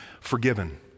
forgiven